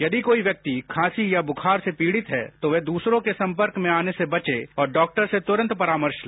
यदि कोई व्यक्ति खासी या बुखार से पीडि़त है तो वह दूसरों के संपर्क में आने से बचे और डॉक्टर से तुरंत परामर्श ले